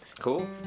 Cool